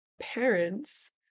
parents